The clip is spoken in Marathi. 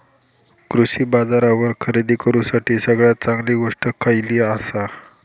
कृषी बाजारावर खरेदी करूसाठी सगळ्यात चांगली गोष्ट खैयली आसा?